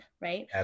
right